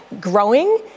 growing